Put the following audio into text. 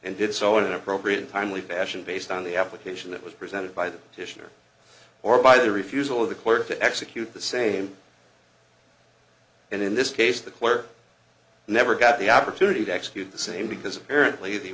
and did so in an appropriate and timely fashion based on the application that was presented by the titian or or by the refusal of the court to execute the same and in this case the clerk never got the opportunity to execute the same because apparently the